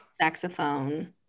saxophone